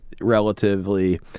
relatively